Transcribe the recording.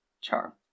charm